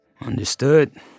Understood